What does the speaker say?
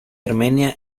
armenia